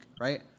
right